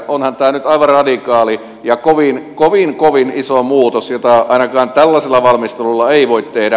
onhan tämä nyt aivan radikaali ja kovin kovin kovin iso muutos jota ainakaan tällaisella valmistelulla ei voi tehdä